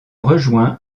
rejoint